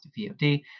VOD